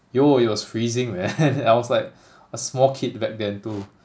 yo it was freezing man I was like a small kid back then too